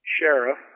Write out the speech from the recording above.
sheriff